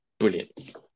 brilliant